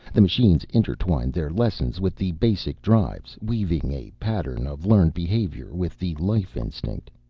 the machines intertwined their lessons with the basic drives, weaving a pattern of learned behavior with the life instinct.